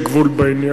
הרי יש גבול בעניין?